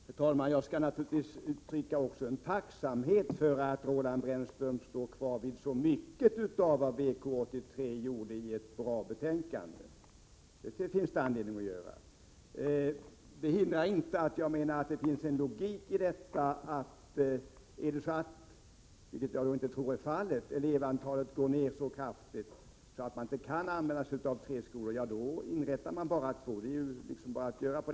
Herr talman! Jag skall naturligtvis uttrycka tacksamhet för att Roland Brännström står kvar vid så mycket som han gör av vad VK 83 kom fram till i ett bra betänkande. Det finns all anledning att göra det. Det hindrar inte att jag menar att det finns en logik i att man, om elevantalet går ned så kraftigt att man inte kan använda tre skolor — vilket jag inte tror blir fallet — bara inrättar två.